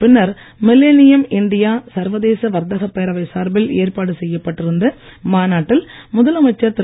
பின்னர் millennium India சர்வ தேச வர்த்தகப் பேரவை சார்பில் ஏற்பாடு செய்யப்பட்டிருந்த மாநாட்டில் முதலமைச்சர் திரு